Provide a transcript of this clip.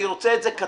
אני רוצה את זה קצר,